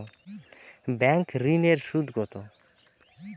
Bank ঋন এর সুদ কত?